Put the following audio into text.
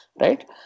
Right